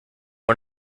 one